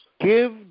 Give